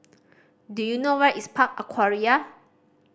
do you know where is Park Aquaria